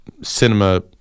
cinema